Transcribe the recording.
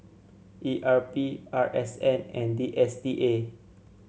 E R P R S N and D S T A